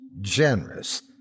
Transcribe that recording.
generous